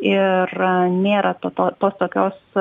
ir nėra to to tos tokios